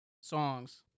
songs